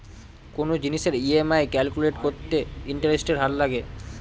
কোনো জিনিসের EMI calculate করতে ইন্টারেস্টের হার লাগে